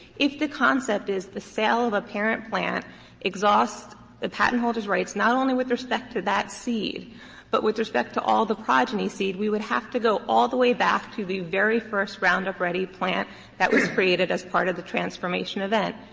if the concept is the sale of a parent plant exhausts the patentholder's rights not only with respect to that seed but with respect to all the progeny seed, we would have to go all the way back to the very first roundup ready plant that was created as part of the transformation event.